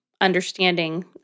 understanding